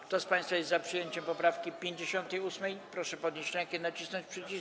Kto z państwa jest za przyjęciem poprawki 58., proszę podnieść rękę i nacisnąć przycisk.